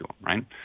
right